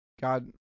God